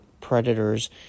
Predators